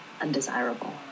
undesirable